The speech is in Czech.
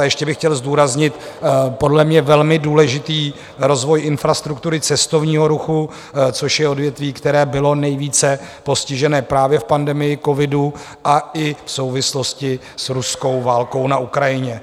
A ještě bych chtěl zdůraznit podle mě velmi důležitý rozvoj infrastruktury cestovního ruchu, což je odvětví, které bylo nejvíce postižené právě v pandemii covidu a i v souvislosti s ruskou válkou na Ukrajině.